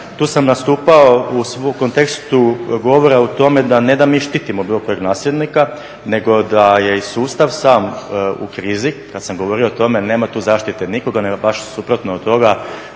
tu sam nastupao u kontekstu govora u tome da ne da mi štitimo bilo kojeg nasilnika nego da je i sustav sam u krizi. Kada sam govorio o tome nema tu zaštite nikoga nego baš suprotno od toga